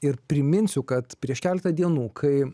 ir priminsiu kad prieš keletą dienų kai